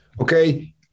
okay